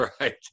right